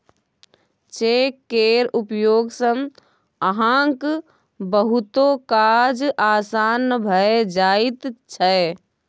cheque केर उपयोग सँ अहाँक बहुतो काज आसान भए जाइत छै